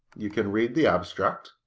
you can read the abstract.